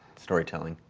storytelling.